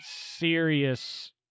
serious